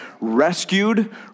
rescued